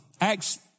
Acts